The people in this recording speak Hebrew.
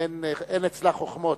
אין אצלה חוכמות,